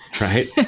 right